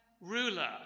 ruler